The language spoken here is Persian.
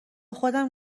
خودم